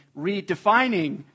Redefining